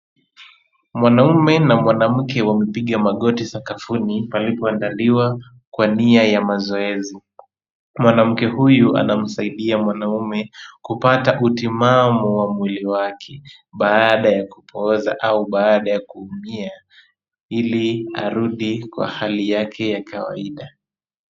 Mwanamume na mwanamke wamepiga magoti sakafuni palipoandaliwa kwa nia ya mazoezi. Mwanamke huyu anamsaidia mwanamume kupata utimamu wa mwili wake, baada ya kupooza au baada ya kuumia, ili arudi kwa hali yake ya kawaida.